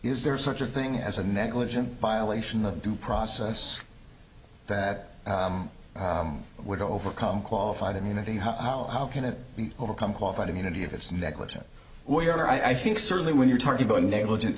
is there such a thing as a negligent violation of due process that would overcome qualified immunity how can it be overcome qualified immunity if it's negligent or i think certainly when you're talking going negligent